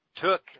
took